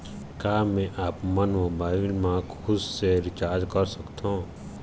का मैं आपमन मोबाइल मा खुद से रिचार्ज कर सकथों?